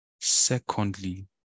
Secondly